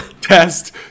test